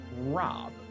Rob